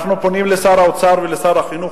אנחנו פונים לשר האוצר ולשר החינוך.